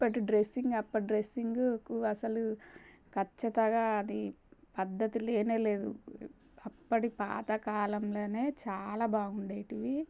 ఇప్పటి డ్రస్సింగ్ అప్పటి డ్రస్సింగుకు అసలు ఖచ్చితంగా అది పద్ధతి లేనే లేదు అప్పడి పాతకాలంలోనే చాలా బాగుండేటివి